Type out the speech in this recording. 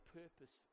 purpose